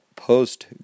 Post